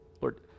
Lord